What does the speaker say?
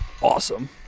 awesome